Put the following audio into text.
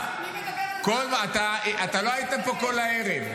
מי מדבר על --- אתה לא היית פה כל הערב,